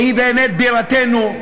שהיא באמת בירתנו,